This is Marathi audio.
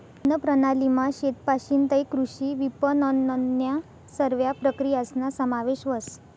अन्नप्रणालीमा शेतपाशीन तै कृषी विपनननन्या सरव्या प्रक्रियासना समावेश व्हस